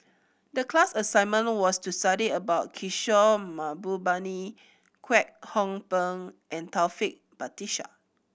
the class assignment was to study about Kishore Mahbubani Kwek Hong Png and Taufik Batisah